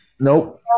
Nope